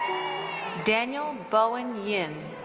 daniel bowen yin.